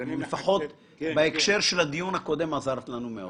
לפחות בהקשר של הדיון הקודם עזרת לנו מאוד.